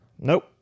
Nope